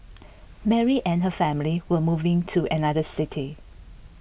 Mary and her family were moving to another city